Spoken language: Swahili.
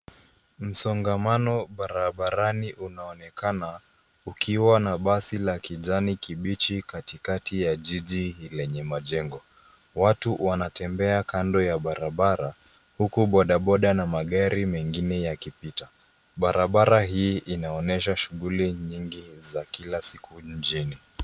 Msongamano barabarani unaonekana ukiwa na basi la kijani kibichi katikati ya jiji yenye majengo. Watu wanatembea kando ya barabara huku bodaboda na magari mengine yakipita. Barabara hii inaonyesha shughuli nyingi za kila siku nchini.